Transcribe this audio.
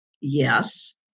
Yes